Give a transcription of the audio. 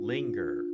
Linger